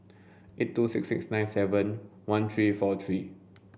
eight two six six nine seven one three four three